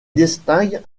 distingue